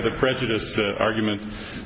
to the prejudiced argument